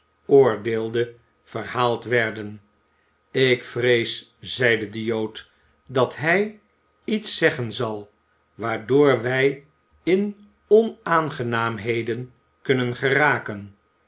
oordeelde verhaald werden ik vrees zeide de jood dat hij iets zeggen zal waardoor wij in onaangenaamheden kunnen geraken